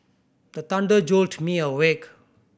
the thunder jolt me awake